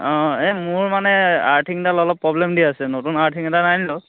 অঁ এই মোৰ মানে আৰ্থিংডাল অলপ প্ৰব্লেম দি আছে নতুন আৰ্থিং এডাল আনিলোঁ